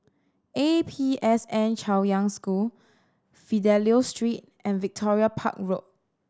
A P S N Chaoyang School Fidelio Street and Victoria Park Road